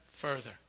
further